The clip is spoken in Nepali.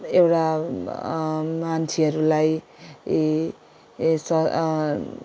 एउटा मान्छेहरूलाई ए एस